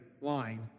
line